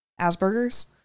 Asperger's